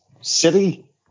City